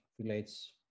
relates